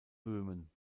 böhmen